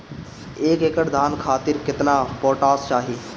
एक एकड़ धान खातिर केतना पोटाश चाही?